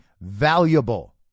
valuable